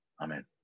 Amen